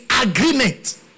agreement